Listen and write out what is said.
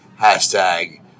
Hashtag